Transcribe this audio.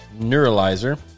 neuralizer